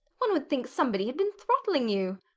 one would think somebody had been throttling you.